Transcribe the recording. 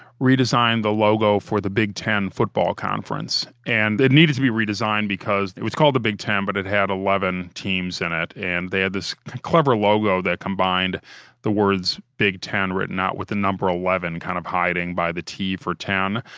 redesigned the logo for the big ten football conference, and it needed to be redesigned because it was called the big ten, but it had eleven teams in it, and they had this clever logo that combined the words big ten written out with the number eleven kind of hiding by the t for ten.